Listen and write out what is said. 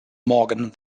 morgan